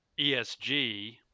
ESG